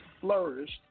flourished